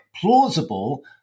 plausible